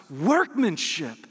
workmanship